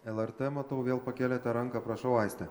lrt matau vėl pakėlėte ranką prašau aiste